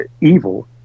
evil